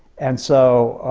and so,